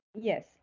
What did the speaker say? Yes